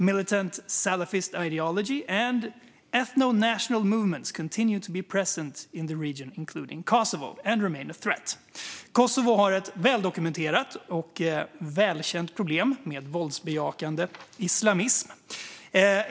Militant Salafist ideology and ethnonational movements continue to be present in the region, including Kosovo, and remain a threat." Kosovo har ett väldokumenterat och välkänt problem med våldsbejakande islamism.